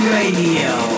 Radio